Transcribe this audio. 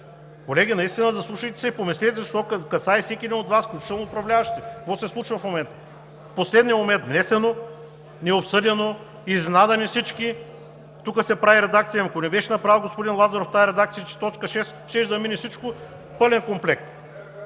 Колеги, заслушайте се и помислете, защото касае всеки от Вас, включително управляващите! Какво се случва в момента? В последния момент внесено, необсъдено, изненада ни всички, тук се прави редакция! Ами ако не беше направил господин Лазаров тази редакция за т. 6, щеше да мине всичко в пълен комплект!